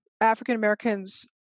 African-Americans